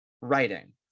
writing